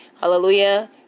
Hallelujah